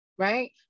Right